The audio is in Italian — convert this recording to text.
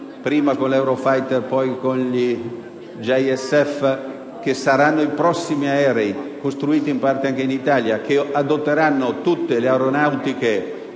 prima con gli *Eurofighter* e poi con gli JSF che saranno i prossimi aerei, costruiti in parte anche in Italia, che adotteranno tutte le aeronautiche